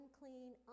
unclean